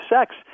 sex